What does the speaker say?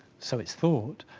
so it's thought,